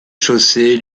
chaussée